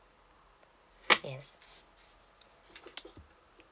yes